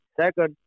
Second